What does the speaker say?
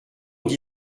dit